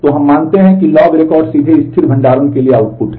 तो और हम मानते हैं कि लॉग रिकॉर्ड सीधे स्थिर भंडारण के लिए आउटपुट है